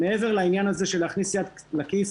מעבר לעניין הזה של להכניס יד לכיס